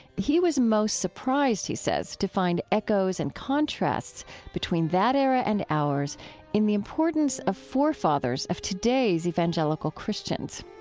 he was most surprised, he says, to find echoes and contrasts between that era and ours in the importance of forefathers of today's evangelical christians.